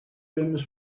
famous